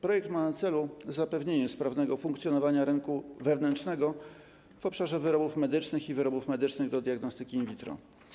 Projekt ma na celu zapewnienie sprawnego funkcjonowania rynku wewnętrznego w obszarze wyrobów medycznych i wyrobów medycznych do diagnostyki in vitro.